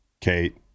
Kate